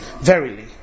verily